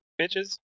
bitches